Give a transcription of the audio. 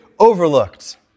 overlooked